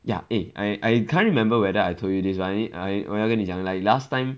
ya eh I I can't remember whether I told you this [one] I I 我要跟你讲 like last time